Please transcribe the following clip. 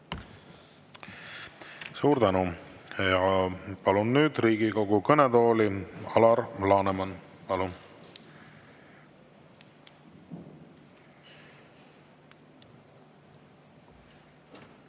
Suur tänu! Palun nüüd Riigikogu kõnetooli Alar Lanemani. Palun!